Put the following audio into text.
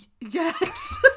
Yes